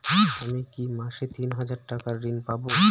আমি কি মাসে তিন হাজার টাকার ঋণ পাবো?